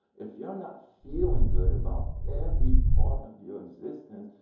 if you're not feeling good about every part of your existence,